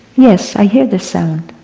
yes, i hear the sound.